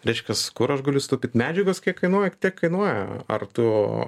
reiškias kur aš galiu sutaupyt medžiagos kiek kainuoja tiek kainuoja ar tu